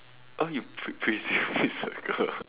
oh you pissed pissed a girl